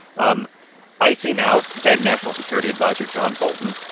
um icing out then-national security adviser john bolton,